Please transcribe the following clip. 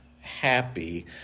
happy